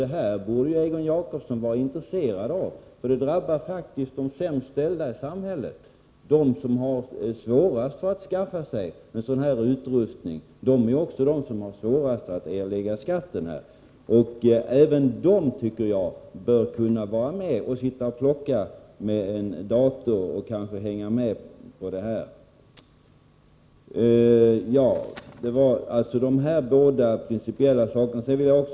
Detta borde Egon Jacobsson vara intresserad av, för här drabbas faktiskt de sämst ställda i samhället. De som har svårast att skaffa sig utrustning av detta slag är också de som har svårast att erlägga skatten. Jag tycker att också dessa människor bör kunna få ägna sig åt en dator och hänga med i utvecklingen. Det var alltså de här båda principiella sakerna jag ville framhålla.